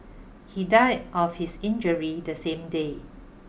he died of his injuries the same day